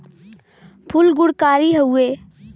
फूल गुणकारी हउवे